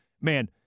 man